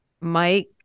Mike